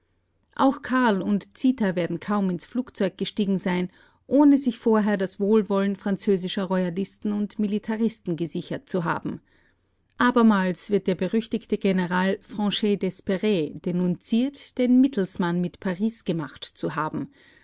auch karl und zita werden kaum ins flugzeug gestiegen sein ohne sich vorher das wohlwollen französischer royalisten und militaristen gesichert zu haben abermals wird der berüchtigte general franchet d'esperey denunziert den mittelsmann mit paris gemacht zu haben